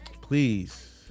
please